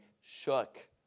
shook